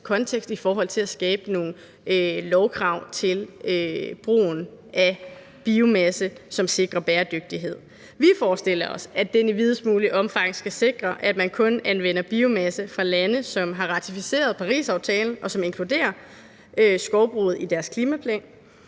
i forhold til at skabe nogle lovkrav til brugen af biomasse, som sikrer bæredygtighed. Vi forestiller os, at det i videst muligt omfang skal sikre, at man kun anvender biomasse fra lande, som har ratificeret Parisaftalen, og som inkluderer skovbruget i deres klimaplan;